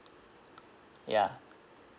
ya